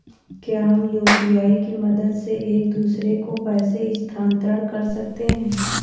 क्या हम यू.पी.आई की मदद से एक दूसरे को पैसे स्थानांतरण कर सकते हैं?